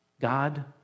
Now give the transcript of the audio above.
God